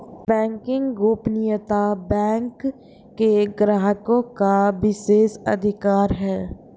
banking गोपनीयता bank के ग्राहकों का विशेषाधिकार है